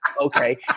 okay